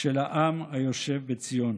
של העם היושב בציון.